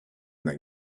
then